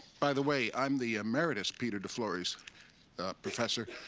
by the way, i'm the emeritus peter de florez professor.